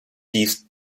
dies